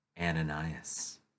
Ananias